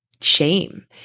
shame